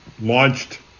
launched